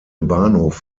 bahnhof